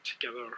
together